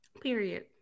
Period